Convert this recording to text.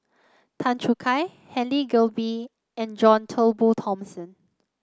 Tan Choo Kai Helen Gilbey and John Turnbull Thomson